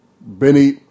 Benny